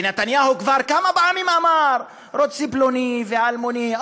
ונתניהו כבר כמה פעמים אמר: רוצים פלוני ואלמוני,